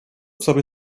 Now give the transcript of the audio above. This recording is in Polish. sobie